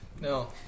No